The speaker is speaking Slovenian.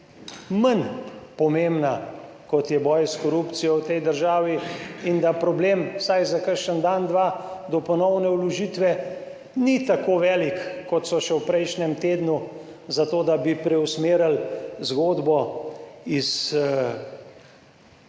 manj pomembna, kot je boj s korupcijo v tej državi in da problem vsaj za kakšen dan, dva, do ponovne vložitve, ni tako velik kot so še v prejšnjem tednu, zato, da bi preusmerili zgodbo iz